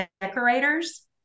decorators